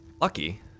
Lucky